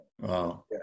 wow